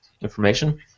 information